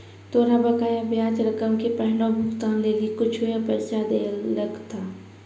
तोरा बकाया ब्याज रकम के पहिलो भुगतान लेली कुछुए पैसा दैयल लगथा